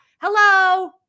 hello